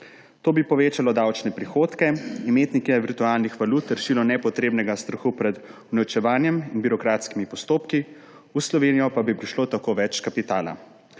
To bi povečalo davčne prihodke, imetnike virtualnih valut rešilo nepotrebnega strahu pred unovčevanjem in birokratskimi postopki, v Slovenijo pa bi prišlo tako več kapitala.